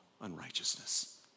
unrighteousness